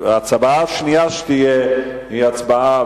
הצבעה שנייה שתהיה היא הצבעה,